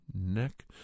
neck